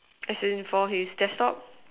as in for his desktop